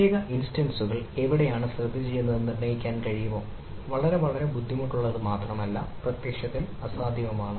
പ്രത്യേക ഇൻസ്റ്റൻസ്കൾ എവിടെയാണ് സ്ഥിതിചെയ്യുന്നത് എന്ന് നിർണ്ണയിക്കാൻ കഴിയുമോ വളരെ വളരെ ബുദ്ധിമുട്ടുള്ളത് മാത്രമല്ല പ്രത്യക്ഷത്തിൽ അസാധ്യവുമാണ്